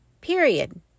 period